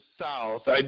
South